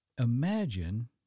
Imagine